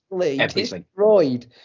destroyed